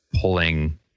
pulling